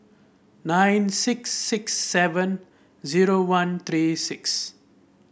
nine six six seven zero one three six